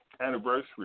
anniversary